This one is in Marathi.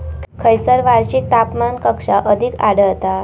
खैयसर वार्षिक तापमान कक्षा अधिक आढळता?